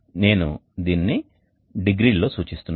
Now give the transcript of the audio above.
నేను దీనిని డిగ్రీ లలో సూచిస్తున్నాను